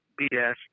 bs